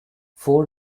four